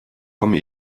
komme